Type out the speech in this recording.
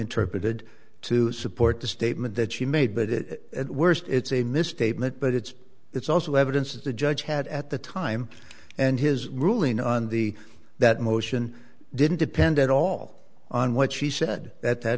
interpreted to support the statement that she made but it at worst it's a misstatement but it's it's also evidence that the judge had at the time and his ruling on the that motion didn't depend at all on what she said at that